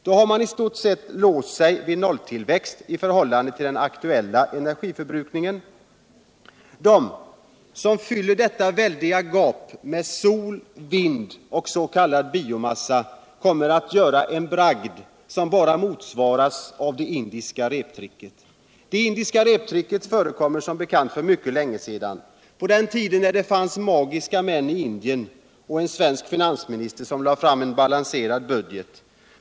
Då har man i stort sett låst sig vid Energiforskning, nolluillväxt i förhållande till den aktuetta energiförbrukningen. De som fyller detta väldiga gap med sol. vind och s.k. biomassa kommer att göra en bragd som bara motsvaras av det indiska reptricket. Det indiska reptricket förekom som bekant för mycket länge sedan — på den tiden när det fanns magiska män i Indien och en svensk finansminister som lade fram en balanserad budget.